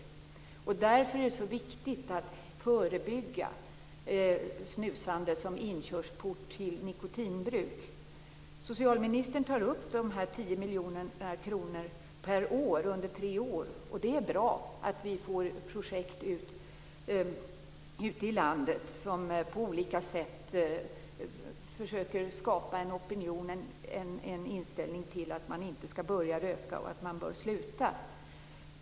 Det är därför så viktigt att förebygga snusande som inkörsport till nikotinbruk. Socialministern tar upp de 10 miljoner kronorna per år under tre år, och det är bra att vi ute i landet får projekt som på olika sätt försöker skapa en inställning att man inte skall börja röka och att rökarna bör sluta röka.